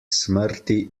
smrti